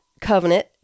covenant